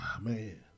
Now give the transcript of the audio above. Man